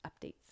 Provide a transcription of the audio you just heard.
updates